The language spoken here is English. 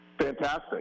fantastic